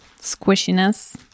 squishiness